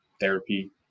therapy